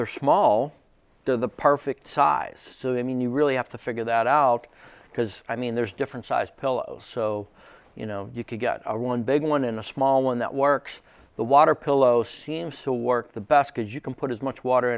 they're small to the perfect size so i mean you really have to figure that out because i mean there's different size pillows so you know you can get our one big one in a small one that works the water pillow seems to work the basket you can put as much water